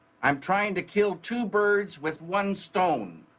i'm trying to kill two birds with one stone.